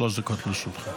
שלוש דקות לרשותך.